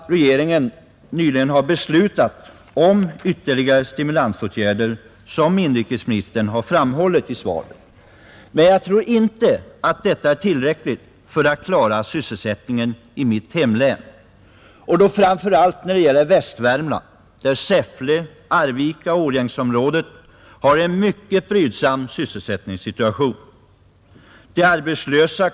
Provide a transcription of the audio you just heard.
Totala antalet varsel hitintills i år, alltså fr.o.m. den 1 januari och fram till den 15 april, berör 12 företag med sammanlagt 333 anställda.